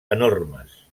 enormes